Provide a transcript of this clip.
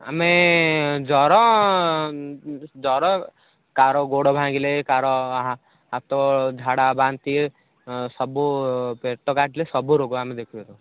ଆମେ ଜର ଜର କାହାର ଗୋଡ଼ ଭାଙ୍ଗିଲେ କାହାର ହାତ ଝାଡା ବାନ୍ତି ସବୁ ପେଟ କାଟିଲେ ସବୁ ରୋଗ ଆମେ ଦେଖି